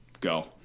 go